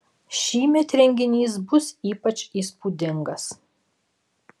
šįmet renginys bus ypač įspūdingas